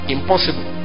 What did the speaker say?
Impossible